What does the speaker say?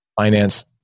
finance